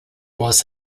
was